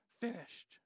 finished